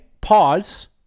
pause